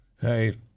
Hey